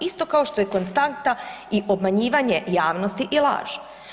Isto kao što je konstanta i obmanjivanje javnosti i laž.